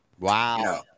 Wow